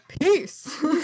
peace